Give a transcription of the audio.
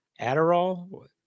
Adderall